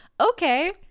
Okay